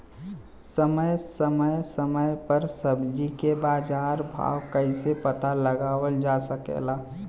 समय समय समय पर सब्जी क बाजार भाव कइसे पता लगावल जा सकेला?